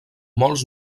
molts